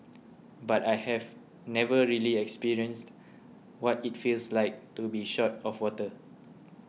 but I have never really experienced what it feels like to be short of water